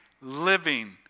living